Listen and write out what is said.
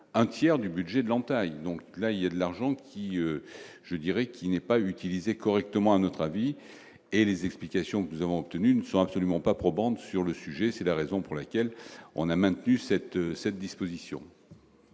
un tiers du budget de l'entaille, donc là il y a de l'argent qui, je dirais qu'il n'est pas utilisé correctement, à notre avis et les explications que nous avons obtenus ne sont absolument pas probante sur le sujet, c'est la raison pour laquelle on a maintenu cette cette disposition.